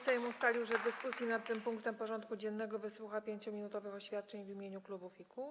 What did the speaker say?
Sejm ustalił, że w dyskusji nad tym punktem porządku dziennego wysłucha 5-minutowych oświadczeń w imieniu klubów i kół.